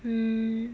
mm